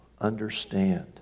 understand